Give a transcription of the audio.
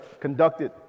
conducted